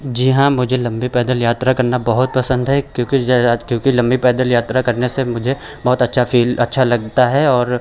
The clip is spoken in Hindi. जी हाँ मुझे लम्बी पैदल यात्रा करना बहुत पसंद है क्योंकि क्योंकि लम्बी पैदल यात्रा करने से मुझे बहुत अच्छा फील अच्छा लगता है और